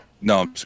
No